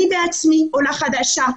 אני בעצמי עולה חדשה,